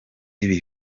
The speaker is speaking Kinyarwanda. ibi